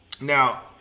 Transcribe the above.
Now